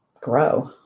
grow